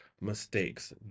mistakes